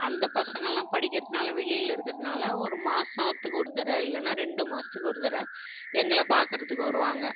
அந்த பசங்கள்லாம் படிக்கிறதுனால வெளியில் இருக்கிறதுனால ஒரு மாதத்துக்கு ஒரு தட இல்லைன்னா ரெண்டு மாதத்துக்கு ஒரு தட எங்களை பார்க்குறதுக்கு வருவாங்க